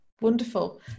Wonderful